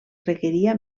requeria